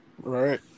Right